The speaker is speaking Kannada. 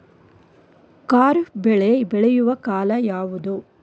ಖಾರಿಫ್ ಬೆಳೆ ಬೆಳೆಯುವ ಕಾಲ ಯಾವುದು?